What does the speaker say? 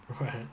Right